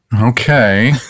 okay